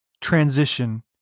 transition